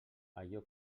allò